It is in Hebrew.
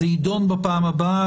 זה יידון בפעם הבאה,